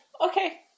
Okay